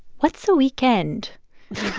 what's the weekend?